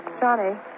Johnny